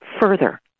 further